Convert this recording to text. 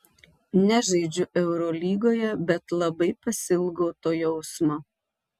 nežaidžiu eurolygoje bet labai pasiilgau to jausmo